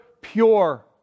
pure